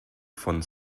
von